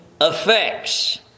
effects